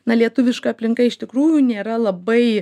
na lietuviška aplinka iš tikrųjų nėra labai